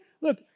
look